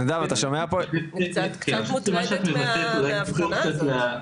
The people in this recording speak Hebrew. אני קצת מוטרדת מהאבחנה הזאת.